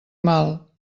mal